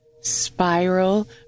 spiral